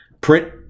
print